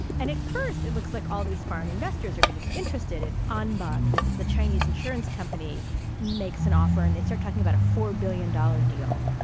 and at first it looks like all these foreign investors are going to be interested in onbut that the chinese insurance company makes an offer and they start talking about a four billion dollars deal.